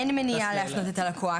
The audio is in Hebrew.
אין מניעה להפנות את הלקוח.